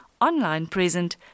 online-present